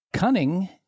Cunning